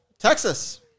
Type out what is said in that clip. Texas